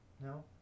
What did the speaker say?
No